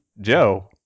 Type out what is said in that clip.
Joe